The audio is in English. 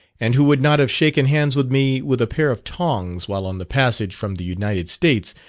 and who would not have shaken hands with me with a pair of tongs while on the passage from the united states,